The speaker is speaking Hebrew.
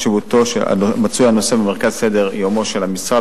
עומד הנושא במרכז סדר-יומו של המשרד,